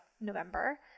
November